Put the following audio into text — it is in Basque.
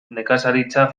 nekazaritza